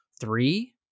three